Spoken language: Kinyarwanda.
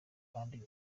kandi